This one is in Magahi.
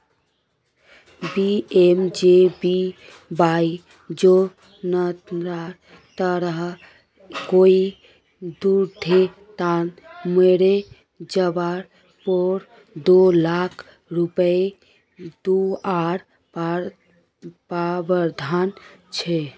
पी.एम.जे.बी.वाई योज्नार तहत कोए दुर्घत्नात मोरे जवार पोर दो लाख रुपये दुआर प्रावधान छे